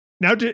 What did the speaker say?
now